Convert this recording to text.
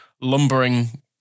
lumbering